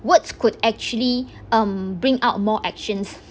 words could actually um bring out more actions